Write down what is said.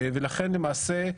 ולכן למעשה,